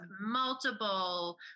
multiple